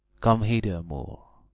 come hither, moor